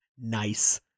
Nice